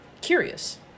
curious